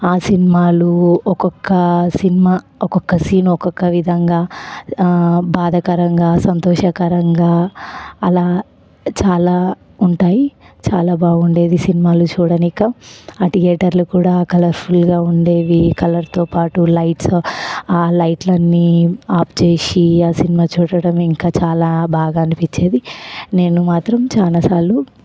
ఆ సినిమాలో ఒక్కొక్క సినిమా ఒక్కొక్క సీను ఒక్కొక్క విధంగా బాధాకరంగా సంతోషకరంగా అలా చాలా ఉంటాయి చాలా బాగుండేది సినిమాలు చూడటానికి ఆ థియేటర్లు కూడా ఆ కలర్ఫుల్గా ఉండేవి కలర్తో పాటు లైట్స్ ఆ లైట్లన్నీ ఆఫ్ చేసి ఆ సినిమా చూడడం ఇంకా చాలా బాగా అనిపించేది నేను మాత్రం చాలాసార్లు